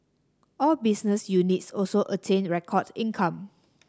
all business units also attained record income